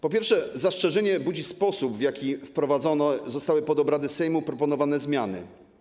Po pierwsze, zastrzeżenie budzi sposób, w jaki wprowadzone zostały pod obrady Sejmu proponowane zmiany.